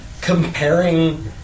comparing